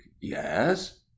yes